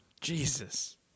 Jesus